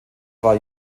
war